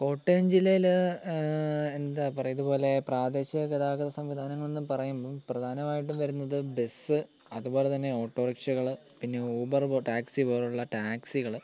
കോട്ടയം ജില്ലയിൽ എന്താ പറയാ ഇതുപോലെ പ്രാദേശിക ഗതാഗത സംവിധാനങ്ങൾ എന്ന് പറയുമ്പം പ്രധാനമായിട്ടും വരുന്നത് ബസ് അതുപോലെ തന്നെ ഓട്ടോറിക്ഷകൾ പിന്നെ ഊബറ് ഇപ്പോൾ ടാക്സി പോലുള്ള ടാക്സികൾ